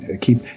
Keep